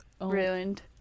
ruined